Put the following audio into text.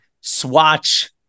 swatch